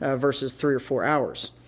ah versus three four hours.